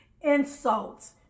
insults